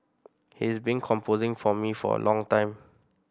he's been composing for me for a long time